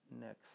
next